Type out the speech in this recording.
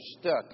stuck